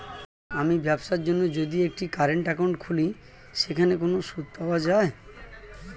আমি ব্যবসার জন্য যদি একটি কারেন্ট একাউন্ট খুলি সেখানে কোনো সুদ পাওয়া যায়?